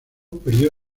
perdió